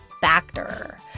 Factor